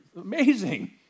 Amazing